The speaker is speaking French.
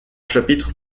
chapitre